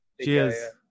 Cheers